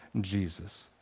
jesus